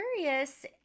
curious